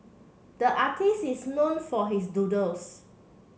the artists is known for his doodles